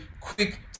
quick